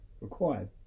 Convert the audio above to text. required